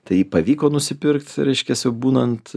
tai jį pavyko nusipirkt reiškias jau būnant